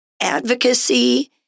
advocacy